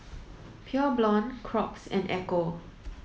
Pure Blonde Crocs and Ecco